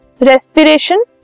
respiration